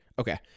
Okay